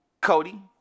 Cody